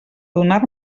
donar